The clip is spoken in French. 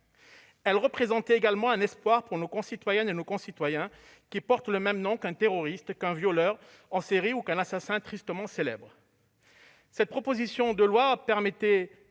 Elle représentait également un espoir pour nos concitoyennes et concitoyens qui portent le même nom qu'un terroriste, qu'un violeur en série, ou qu'un assassin tristement célèbre. Cette proposition de loi permettait,